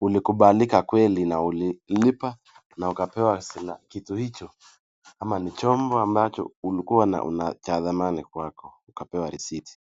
ulikubalika kweli na ulilipa na ukapewa kitu hicho ama ni chombo ambacho ulikuwa ni cha dhamani kwako ukapewa risiti.